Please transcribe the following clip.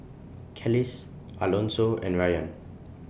Kelis Alonso and Rayan